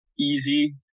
easy